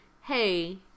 hey